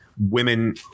Women